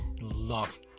love